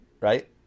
right